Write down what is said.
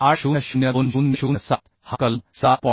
IS 800 2007 हा कलम 7 1